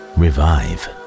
revive